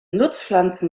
nutzpflanzen